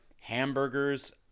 hamburgers